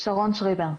שרון שרייבר.